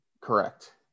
Correct